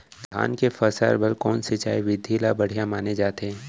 धान के फसल बर कोन सिंचाई विधि ला बढ़िया माने जाथे?